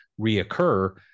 reoccur